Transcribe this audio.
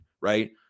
right